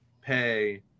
pay